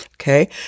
Okay